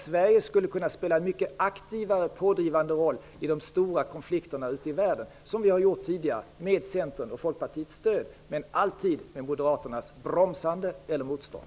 Sverige skulle kunna spela en mycket aktivare pådrivande roll i de stora konflikterna ute i världen, som vi har gjort tidigare med Centerns och Folkpartiets stöd. Men Moderaterna har alltid bromsat eller gjort motstånd.